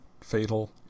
fatal